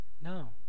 No